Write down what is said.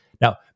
Now